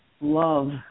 love